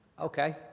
Okay